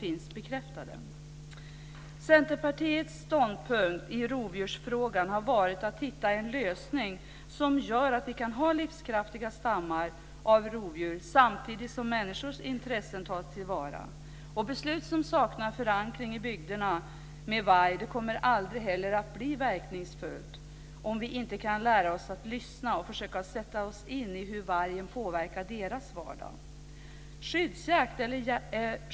Centerpartiets ståndpunkt i rovdjursfrågan har varit att hitta en lösning som gör att vi kan ha livskraftiga stammar av rovdjur samtidigt som människors intressen tas till vara. Beslut beträffande varg vilka saknar förankring i bygderna kommer aldrig att bli verkningsfulla. Vi måste lära oss att lyssna och sätta oss in i hur vargen påverkar människors vardag.